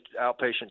outpatient